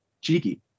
cheeky